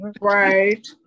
Right